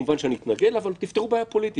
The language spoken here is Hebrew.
כמובן אני אתנגד לה, אבל תפתרו בעיה פוליטית.